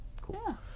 cool